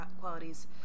qualities